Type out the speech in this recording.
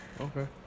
Okay